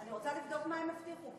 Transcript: אני רוצה לבדוק מה הם הבטיחו.